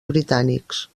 britànics